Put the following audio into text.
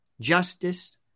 justice